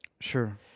Sure